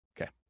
Okay